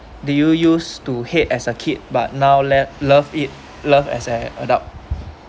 did you use to hate as a kid but now love love it love as an adult